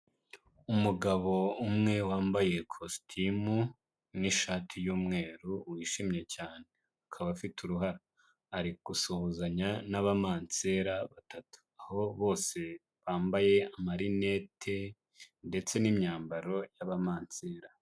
Umugabo umwe wambaye kositimu n'ishati y'umweru wishimye cyane, akaba afite uruhara, ari gusuhuzanya n'abamansera batatu, aho bose bambaye amarinete ndetse n'imyambaro y'abamansera.